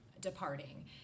departing